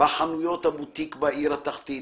בחנויות הבוטיק בעיר התחתית /